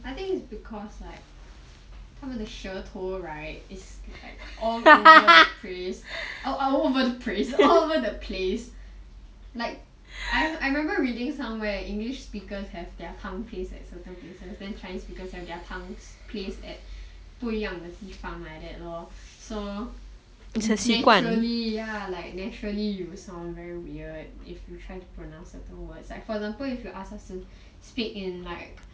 I think it's because like 他们的舌头 right is like all over the praise all over the place I remember reading somewhere english speakers have their tongue place at like certain places then chinese speakers have their tongues place at 不一样的地方 like that lor so naturally ya naturally you will sound very weird if you try to pronounce certain words like for example if you ask us to speak in like